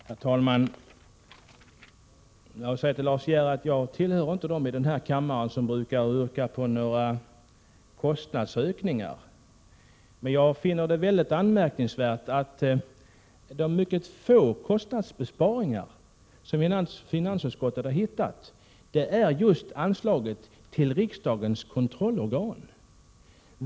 Herr talman! Jag vill säga till Lars De Geer att jag inte tillhör dem i denna kammare som brukar yrka på några kostnadsökningar. Men jag finner det mycket anmärkningsvärt att de mycket få kostnadsbesparingar som finansutskottet föreslår just berör anslaget till riksdagens kontrollorgan.